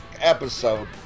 episode